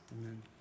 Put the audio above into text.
amen